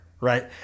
right